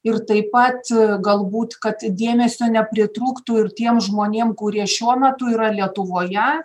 ir taip pat galbūt kad dėmesio nepritrūktų ir tiem žmonėm kurie šiuo metu yra lietuvoje